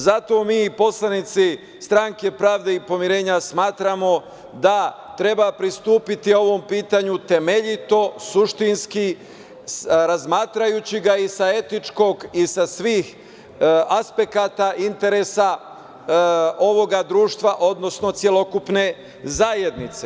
Zato mi poslanici stranke Pravde i pomirenja, smatramo da treba pristupiti ovom pitanju temeljito, suštinski, razmatrajući ga i sa etičkog i sa svih aspekata, interesa ovoga društva odnosno celokupne zajednice.